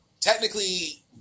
Technically